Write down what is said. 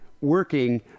working